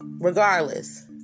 regardless